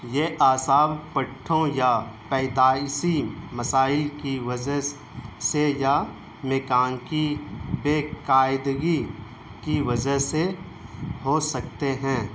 یہ اعصاب پٹھوں یا پیدائسی مسائل کی وجہ سے یا میکانکی بےقاعدگی کی وجہ سے ہو سکتے ہیں